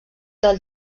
del